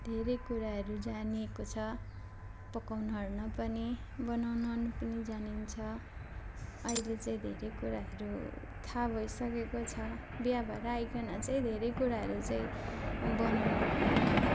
धेरै कुराहरू जानिएको छ पकाउन ओर्नु पनि बनाउनु ओर्नु पनि जानिन्छ अहिले चाहिँ धेरै कुराहरू थाहा भइसकेको छ बिहा भएर आईकन चाहिँ धेरै कुराहरू चाहिँ बनाउन ओर्नु